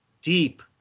deep